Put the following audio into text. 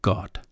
God